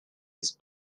his